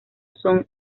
son